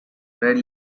red